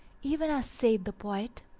even as saith the poet